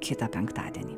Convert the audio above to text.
kitą penktadienį